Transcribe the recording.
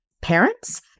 parents